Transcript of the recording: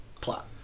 plot